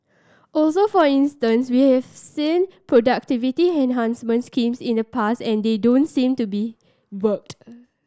also for instance we have seen productivity enhancement schemes in the past and they don't seem to be worked